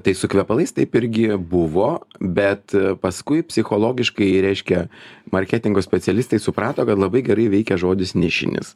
tai su kvepalais taip irgi buvo bet paskui psichologiškai reiškia marketingo specialistai suprato kad labai gerai veikia žodis nišinis